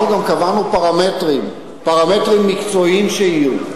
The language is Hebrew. אנחנו גם קבענו פרמטרים, פרמטרים מקצועיים שיהיו.